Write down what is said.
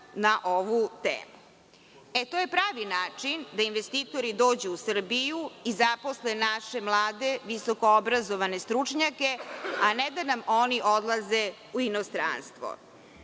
na ovu temu. To je pravi način da investitori dođu u Srbiju i zaposle naše mlade visokoobrazovane stručnjake, a ne da nam oni odlaze u inostranstvo.